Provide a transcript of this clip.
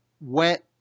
wet